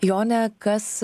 jone kas